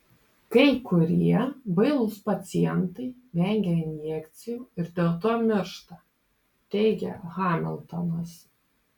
kai kurie bailūs pacientai vengia injekcijų ir dėl to miršta teigia hamiltonas